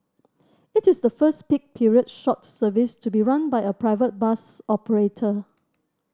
it is the first peak period short service to be run by a private bus operator